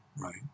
Right